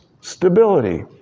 stability